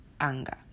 anger